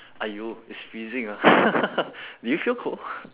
!aiyo! it's freezing ah do you feel cold